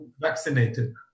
vaccinated